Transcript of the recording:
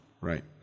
right